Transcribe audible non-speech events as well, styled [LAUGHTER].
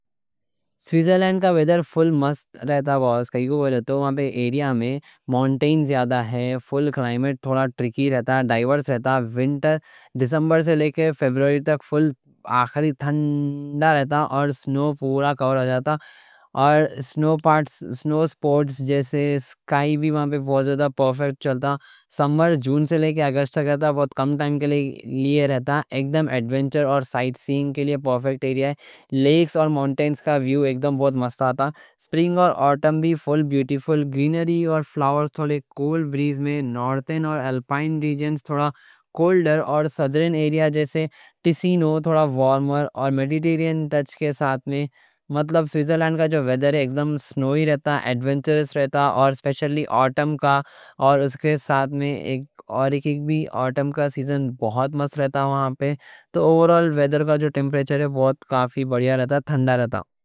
سوئزرلینڈ کا ویدر پھول مست رہتا، بس کائیں کوں بولے تو وہاں پہ ایریا میں ماؤنٹینز زیادہ ہیں۔ پھول کلائمیٹ تھوڑا ٹریکی رہتا، ڈائیورس رہتا۔ ونٹر ڈسمبر سے لے کے فبروری تک پھول آخری تھنڈا رہتا۔ اور سنو پورا کور ہو جاتا۔ اور سنو [HESITATION] اسپورٹس جیسا اسکی بھی وہاں پہ بہت زیادہ پرفیکٹ چلتا۔ سمر جون سے لے کے اگست تک چلتا، بہت کم ٹائم کے لیے رہتا۔ ایکدم ایڈونچر اور سائٹ سینگ کے لیے پرفیکٹ ایریا ہے۔ لیکس اور ماؤنٹینز کا ویو ایکدم مست آتا۔ سپرنگ اور آٹم پھول بیوٹیفل رہتا، گرینری اور فلاورز، تھوڑے کول بریز میں۔ نوردرن اور الپائن ریجنز تھوڑا کولڈر، اور سدرن ایریا جیسا ٹیسینو تھوڑا وارمر اور میڈیٹرین ٹچ کے ساتھ۔ مطلب سوئزرلینڈ کا جو ویدر ہے، اگدم سنوی رہتا، ایڈونچرس رہتا، اور اسپیشلی آٹم کا سیزن بہت مست رہتا وہاں پہ۔ تو اوورآل ویدر کا جو ٹیمپریچر ہے، کافی بڑیا رہتا، تھنڈا رہتا۔